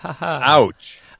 Ouch